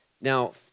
Now